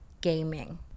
gaming